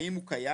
האם הוא קיים,